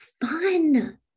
fun